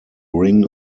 ring